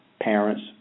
parents